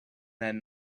that